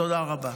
תודה רבה.